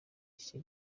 iki